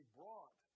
brought